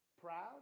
proud